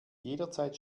jederzeit